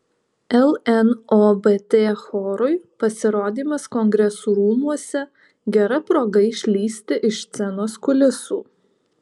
lnobt chorui pasirodymas kongresų rūmuose gera proga išlįsti iš scenos kulisų